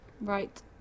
Right